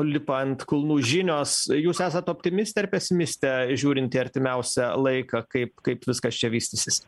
lipa ant kulnų žinios jūs esat optimistė ar pesimistė žiūrint į artimiausią laiką kaip kaip viskas čia vystysis